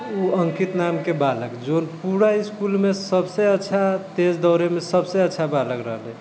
ओ अंकित नामके बालक जे पूरा इसकुलमे सबसे अच्छा तेज दौड़ैमे सबसँ अच्छा बालक रहलै